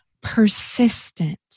persistent